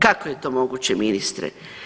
Kako je to moguće ministre?